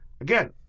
again